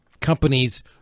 companies